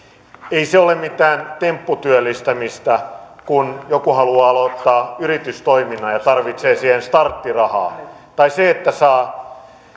ei se ole mitään tempputyöllistämistä kun joku haluaa aloittaa yritystoiminnan ja tarvitsee siihen starttirahaa tai se että yritys